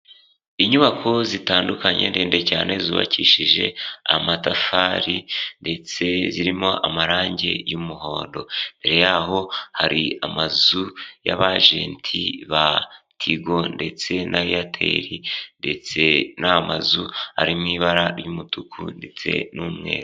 Inyubako zitandukanye ndende cyane zubakishije amatafari ndetse zirimo amarange y'umuhondo, imbere yaho hari amazu y'abajenti ba Tigo ndetse na Airtel ndetse ni amazu ari mu ibara ry'umutuku ndetse n'umweru.